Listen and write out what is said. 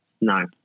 No